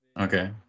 Okay